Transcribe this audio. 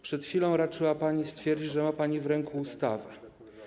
Przed chwilą raczyła pani stwierdzić, że ma pani w ręku ustawę.